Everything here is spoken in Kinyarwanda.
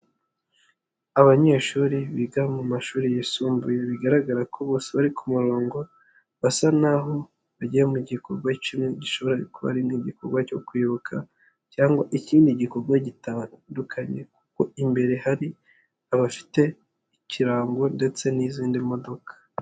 Abanyeshuri biga mu mashuri yisumbuye bigaragara ko bose bari ku murongo, basa naho bagiye mu gikorwa kimwe gishobora kuba ari nk'igikorwa cyo kwibuka cyangwa ikindi gikorwa gitandukanye, kuko imbere hari abafite ikirango ndetse n'izindi modoka.